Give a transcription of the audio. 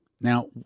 Now